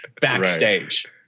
backstage